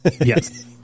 yes